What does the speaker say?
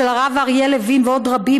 של הרב אריה לוין ועוד רבים,